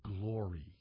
glory